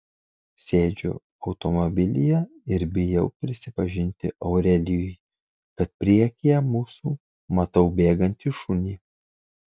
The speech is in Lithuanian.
sėdžiu automobilyje ir bijau prisipažinti aurelijui kad priekyje mūsų matau bėgantį šunį